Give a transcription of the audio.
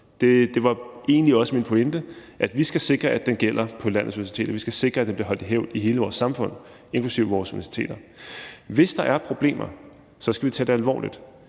Det var egentlig også min pointe, at vi skal sikre, at den gælder på landets universiteter, og at vi skal sikre, at den bliver holdt i hævd i hele vores samfund, inklusive vores universiteter. Hvis der er problemer, skal vi tage dem alvorligt.